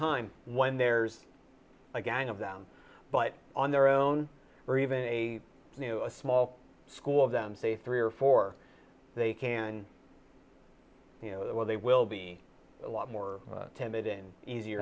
time when there's a gang of them but on their own or even a new a small school of them say three or four they can or they will be a lot more timid in easier